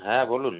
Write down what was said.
হ্যাঁ বলুন